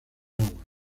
aguas